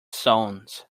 stones